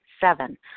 Seven